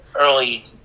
early